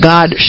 God